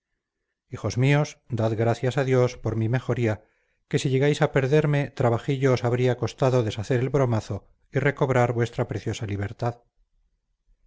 hijos míos dad gracias a dios por mi mejoría que si llegáis a perderme trabajillo os habría costado deshacer el bromazo y recobrar vuestra preciosa libertad